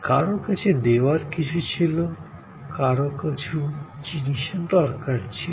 কারও কাছে দেওয়ার কিছু ছিল কারও কিছু জিনিসের দরকার ছিল